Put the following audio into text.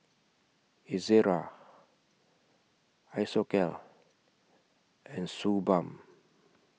Ezerra Isocal and Suu Balm